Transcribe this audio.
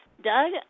Doug